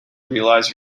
realize